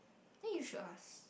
then you should ask